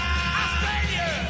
Australia